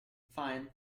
fine